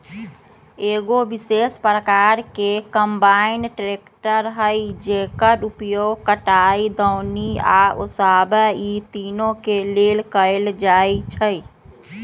एगो विशेष प्रकार के कंबाइन ट्रेकटर हइ जेकर उपयोग कटाई, दौनी आ ओसाबे इ तिनों के लेल कएल जाइ छइ